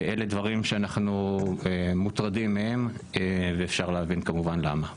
אלה דברים שאנחנו מוטרדים מהם ואפשר להבין כמובן למה.